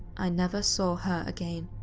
i never saw her again.